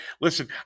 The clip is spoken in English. Listen